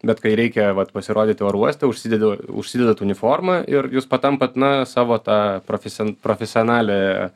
bet kai reikia vat pasirodyti oro uoste užsidedu užsidedat uniformą ir jūs patampat na savo tą profesion profesionalė